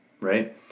right